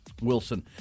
Wilson